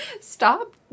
Stop